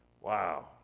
Wow